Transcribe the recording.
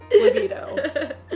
libido